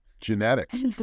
Genetics